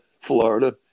Florida